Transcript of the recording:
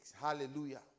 Hallelujah